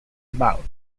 about